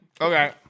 okay